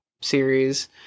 series